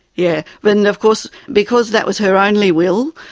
yeah but and of course, because that was her only will,